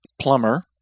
plumber